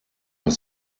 nach